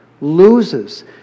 loses